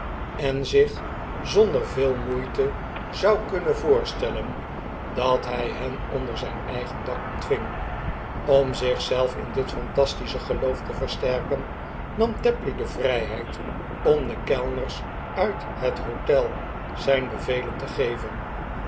en zich zonder veel moeite zou kunnen voorstellen dat hij hen onder zijn eigen dak ontving om zich zelf in dit fantastisehe geloof te versterken nam tapley de vrijheid om de kellners uit het hotel zijn bevelen te geven